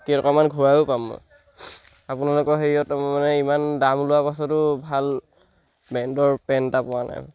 কেইটকামান ঘূৰায়ো পাম মই আপোনালোকৰ হেৰিয়ত মানে ইমান দাম লোৱাৰ পাছতো ভাল ব্ৰেণ্ডৰ পেণ্ট এটা পোৱা নাই